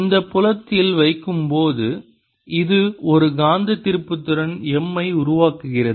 இந்த புலத்தில் வைக்கும் போது இது ஒரு காந்த திருப்புத்திறன் M ஐ உருவாக்குகிறது